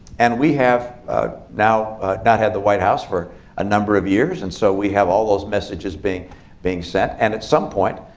and we have now not had the white house for a number of years. and so we have all those messages being being sent. and at some point,